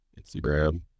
instagram